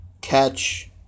Catch